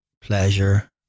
pleasure